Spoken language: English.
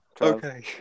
Okay